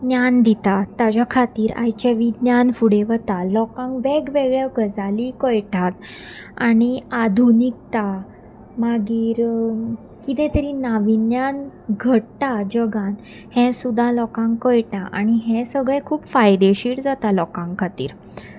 ज्ञान दितात ताज्या खातीर आयचे विज्ञान फुडें वता लोकांक वेगवेगळ्यो गजाली कळटात आनी आधुनिकता मागीर कितें तरी नाविज्ञन घडटा जगान हें सुद्दा लोकांक कळटा आनी हें सगळें खूब फायदेशीर जाता लोकां खातीर